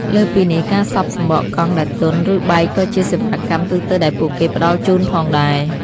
លើសពីនេះ ការសប់សំបកកង់ដែលទន់ ឬបែកក៏ជាសេវាកម្មទូទៅដែលពួកគេផ្តល់ជូនផងដែរ។